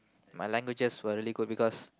my languages were really good because